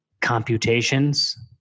computations